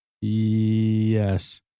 Yes